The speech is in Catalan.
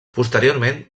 posteriorment